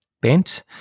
bent